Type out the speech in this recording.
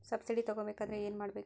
Subsidy ತಗೊಬೇಕಾದರೆ ಏನು ಮಾಡಬೇಕು?